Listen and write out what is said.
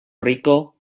rico